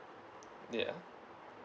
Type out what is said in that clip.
yeah